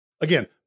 again